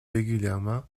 régulièrement